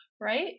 Right